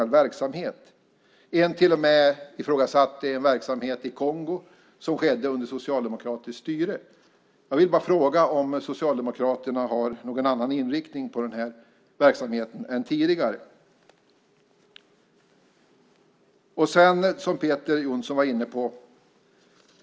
En ifrågasatte till och med en verksamhet i Kongo som skedde under socialdemokratiskt styre. Jag vill bara fråga om Socialdemokraterna har någon annan inriktning på den här verksamheten än tidigare. Sedan var det detta med svarta hål, som Peter Jonsson var inne på.